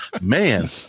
man